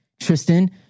Tristan